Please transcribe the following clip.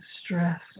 stress